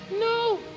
No